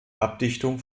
abdichtung